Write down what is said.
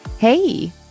Hey